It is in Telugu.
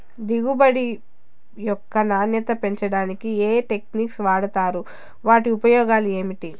దిగుబడి యొక్క నాణ్యత పెంచడానికి ఏ టెక్నిక్స్ వాడుతారు వాటి ఉపయోగాలు ఏమిటి?